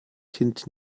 kind